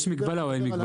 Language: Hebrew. יש מגבלה או אין מגבלה?